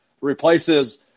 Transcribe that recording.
replaces –